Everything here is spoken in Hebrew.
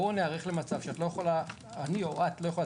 בואו ניערך למצב שאני או את לא יכולים